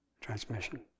transmission